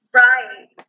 right